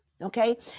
Okay